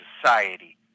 society